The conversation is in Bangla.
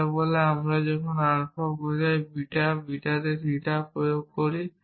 এটি বলে যে আমি যখন আলফা বোঝায় বিটাতে থিটা প্রয়োগ করি